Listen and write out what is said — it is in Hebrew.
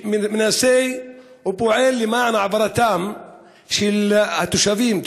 שמנסה ופועל למען העברתם של התושבים,